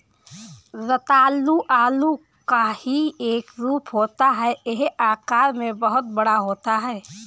रतालू आलू का ही एक रूप होता है यह आकार में बहुत बड़ा होता है